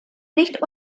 nicht